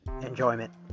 Enjoyment